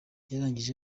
yarangije